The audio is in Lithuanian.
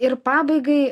ir pabaigai